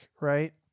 right